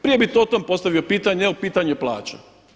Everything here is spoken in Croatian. Prije bi o tom postavio pitanje … pitanje plaća.